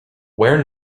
where